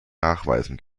nachweisen